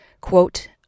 Quote